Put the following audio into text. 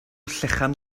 llechen